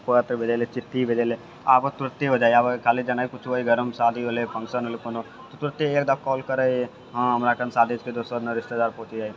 तार भेजैलए चिट्ठी भेजैलए आब तुरन्ते हो जाइ हइ आब खाली जानै किछु हइ घरमे शादी होलै फङ्क्शन होलै कोनो तऽ तुरन्ते एकटा कॉल करै हइ हाँ हमरा घरमे शादी छै दोसर ने रिश्तेदार पहुँच ही जाइ हइ